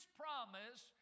promise